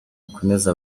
akomeze